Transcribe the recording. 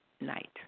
night